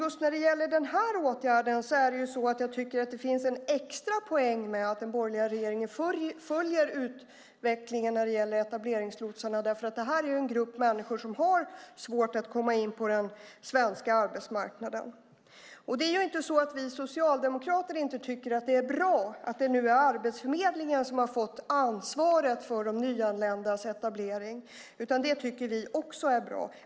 Just när det gäller denna åtgärd tycker jag att det finns en extra poäng med att den borgerliga regeringen följer utvecklingen när det gäller etableringslotsarna därför att detta handlar om en grupp människor som har svårt att komma in på den svenska arbetsmarknaden. Det är inte så att vi socialdemokrater inte tycker att det är bra att det nu är Arbetsförmedlingen som har fått ansvaret för de nyanländas etablering, utan det tycker vi också är bra.